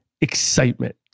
excitement